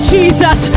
Jesus